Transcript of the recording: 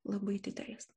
labai didelis